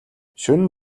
шөнө